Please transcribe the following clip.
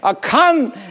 come